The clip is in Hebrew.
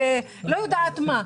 לא יודעת מה,